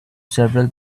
several